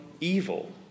evil